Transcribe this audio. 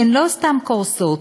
הן לא סתם קורסות.